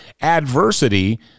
Adversity